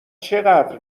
چقدر